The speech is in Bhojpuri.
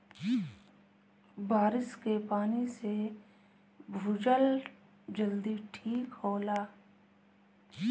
बारिस के पानी से भूजल जल्दी ठीक होला